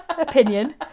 Opinion